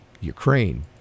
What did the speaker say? Ukraine